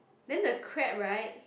then he crab right